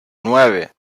nueve